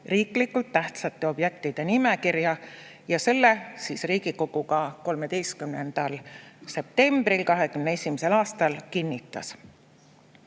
riiklikult tähtsate objektide nimekirja. Ja selle Riigikogu ka 13. septembril 2021. aastal kinnitas.